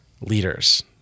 leaders